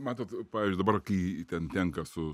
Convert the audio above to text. matot pavyzdžiui dabar kai ten tenka su